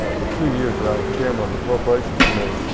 the two years that i was chairman of the appropriations committee,